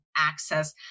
access